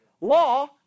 law